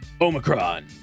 Omicron